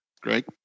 Great